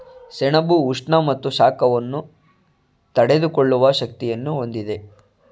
ಸೆಣಬು ಉಷ್ಣ ಮತ್ತು ಶಾಖವನ್ನು ತಡೆದುಕೊಳ್ಳುವ ಶಕ್ತಿಯನ್ನು ಹೊಂದಿದೆ